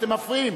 אתם מפריעים,